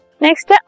Next